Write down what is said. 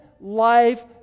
life